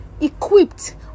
equipped